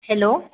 hello